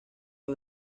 dos